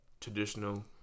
traditional